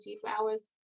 flowers